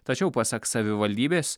tačiau pasak savivaldybės